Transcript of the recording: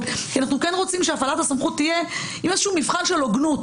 כי אנו כן רוצים שהפעלת הסמכות תהיה עם איזה מבין של הוגנות.